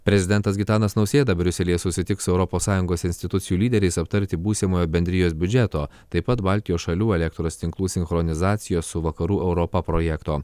prezidentas gitanas nausėda briuselyje susitiks su europos sąjungos institucijų lyderiais aptarti būsimojo bendrijos biudžeto taip pat baltijos šalių elektros tinklų sinchronizacijos su vakarų europa projekto